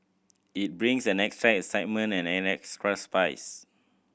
it brings an extra excitement and an extra spice